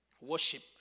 worship